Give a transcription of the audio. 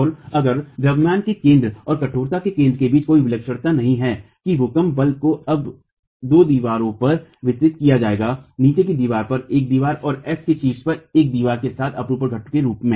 और अगर द्रव्यमान के केंद्र और कठोरता के केंद्र के बीच कोई विलक्षणता नहीं है कि भूकंप बल को अब दो दीवारों पर वितरित किया जाना है नीचे की दीवार पर एक दीवार और x में शीर्ष पर एक दीवार सीधे अपरूपण घटकों के रूप में